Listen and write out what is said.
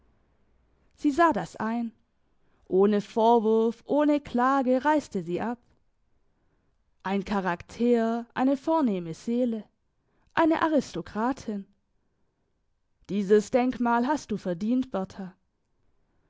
sie sah das ein ohne vorwurf ohne klage reiste sie ab ein charakter eine vornehme seele eine aristokratin dieses denkmal hast du verdient berta